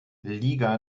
liga